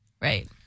Right